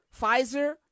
Pfizer